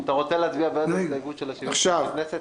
אתה רוצה להצביע בעד ההסתייגות של ה-70 חברי כנסת,